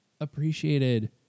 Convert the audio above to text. appreciated